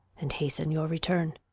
and hasten your return.